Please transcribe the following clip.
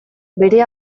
bere